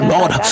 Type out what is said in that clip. Lord